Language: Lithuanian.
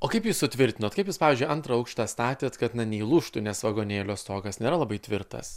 o kaip jūs sutvirtinot kaip jūs pavyzdžiui antrą aukštą statėt kad neįlūžtų nes vagonėlio stogas nėra labai tvirtas